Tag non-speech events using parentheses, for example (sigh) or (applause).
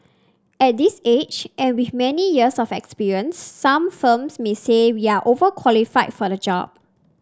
at this age and with many years of experience some firms may say (unintelligible) overqualified for the job